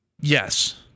Yes